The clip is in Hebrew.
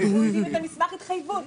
איזה מסמך התחייבות?